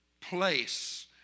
place